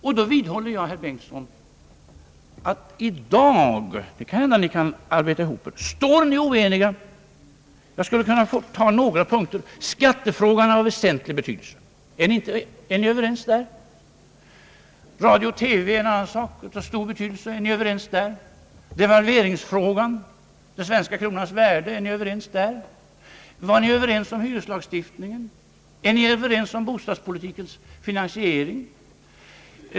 Och då vidhåller jag, herr Bengtson, att i dag står ni oeniga, även om det kan hända att ni kan arbeta ihop er. Jag skulle kunna ta några punkter. Skattefrågan är av väsentlig betydelse. Är ni överens där? Radio och TV är en annan sak av stor betydelse. Är ni överens där? Devalveringsfrågan, den svenska kronans värde, är ni överens där? Var ni överens om hyreslagstiftningen? Är ni överens om bostadspolitikens finansiering?